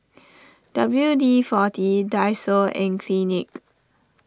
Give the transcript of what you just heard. W D forty Daiso and Clinique